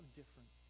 different